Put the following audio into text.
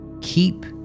keep